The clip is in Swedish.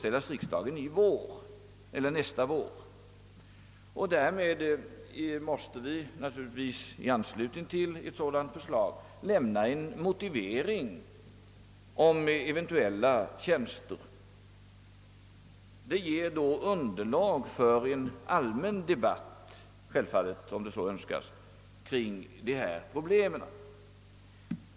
I anslutning till ett sådant förslag måste givetvis en motivering lämnas i fråga om eventuella tjänster. På så sätt kan vi få underlag för en allmän debatt — självfallet om så önskas — kring dessa problem.